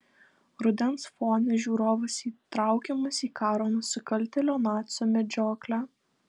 rudens fone žiūrovas įtraukiamas į karo nusikaltėlio nacio medžioklę